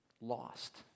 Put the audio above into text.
lost